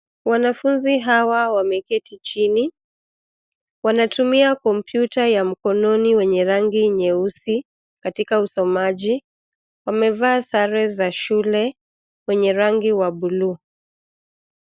Wanafunzi hawa wameketi chini, wanatumia kompyuta ya mkononi wenye rangi nyeusi, katika usomaji, wamevaa sare za shule, wenye rangi wa buluu.